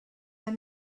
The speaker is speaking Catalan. hem